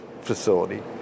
facility